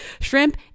shrimp